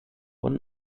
und